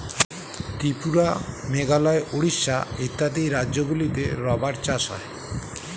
ত্রিপুরা, মেঘালয়, উড়িষ্যা ইত্যাদি রাজ্যগুলিতে রাবার চাষ হয়